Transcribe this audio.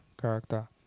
character